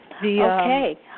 Okay